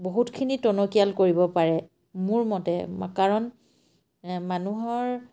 বহুতখিনি টনকিয়াল কৰিব পাৰে মোৰ মতে কাৰণ মানুহৰ